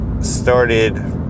started